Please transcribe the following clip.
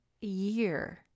year